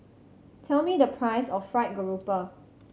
tell me the price of Fried Garoupa